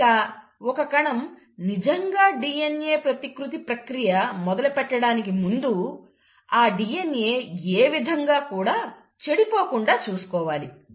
ఇంకా ఒక కణం నిజంగా DNA ప్రతికృతి ప్రక్రియ మొదలు పెట్టడానికి ముందు ఆ DNA ఏ విధంగా కూడా చెడిపోకుండా చూసుకోవాలి